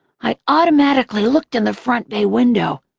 i automatically looked in the front bay window,